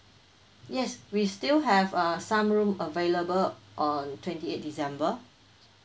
yes we still have uh some room available on twenty eight december